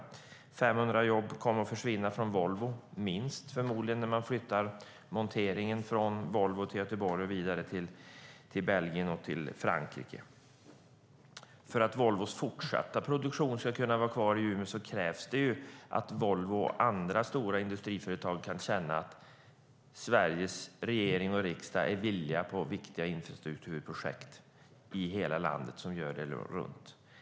Minst 500 jobb kommer förmodligen att försvinna från Volvo när man flyttar monteringen från Volvo till Göteborg och vidare till Belgien och Frankrike. För att Volvos fortsatta produktion ska kunna vara kvar i Umeå krävs att Volvo och andra stora industriföretag kan känna att Sveriges regering och riksdag är villiga till viktiga infrastrukturprojekt i hela landet.